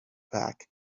back